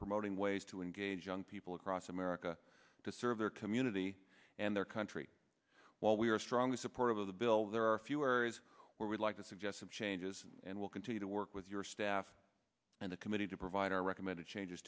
promoting ways to engage young people across america to serve their community and their country while we are strongly supportive of the bill there are a few areas where we'd like to suggest some changes and we'll continue to work with your staff and the committee to provide our recommended changes